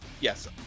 Yes